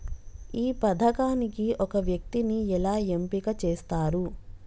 ఈ పథకానికి ఒక వ్యక్తిని ఎలా ఎంపిక చేస్తారు?